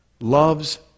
loves